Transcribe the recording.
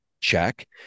Check